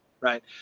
Right